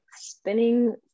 spinning